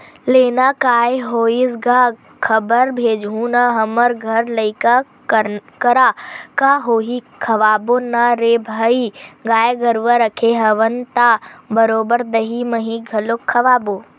लेना काय होइस गा खबर भेजहूँ ना हमर घर लइका करा का होही खवाबो ना रे भई गाय गरुवा रखे हवन त बरोबर दहीं मही घलोक खवाबो